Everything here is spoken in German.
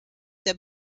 der